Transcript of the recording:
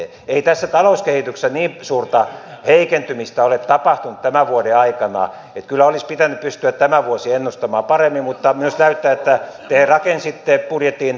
ei tässä talouskehityksessä niin suurta heikentymistä ole tapahtunut tämän vuoden aikana niin että kyllä olisi pitänyt pystyä tämä vuosi ennustamaan paremmin mutta näyttää myös että te rakensitte budjetin toiveiden varaan